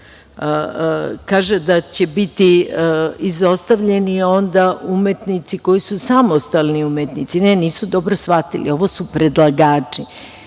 kaže da će biti onda izostavljeni umetnici koji su samostalni umetnici. Ne, nisu dobro shvatili. Ovo su predlagači